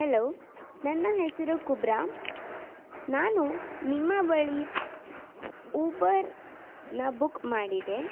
hello ನನ್ನ ಹೆಸರು ಕುಬ್ರಾ ನಾನು ನಿಮ್ಮ ಬಳಿ ಊಬರನ್ನ ಬುಕ್ ಮಾಡಿದೆ